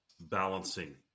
balancing